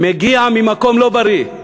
מגיע ממקום לא בריא.